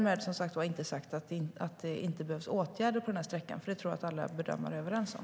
Men som sagt kan det behövas åtgärder på sträckan; det tror jag att alla bedömare är överens om.